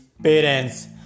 Parents